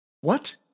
What